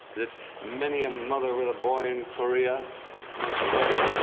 that many a mother with a boy in korea must pray,